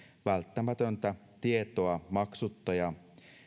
välttämätöntä tietoa maksutta ja